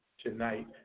tonight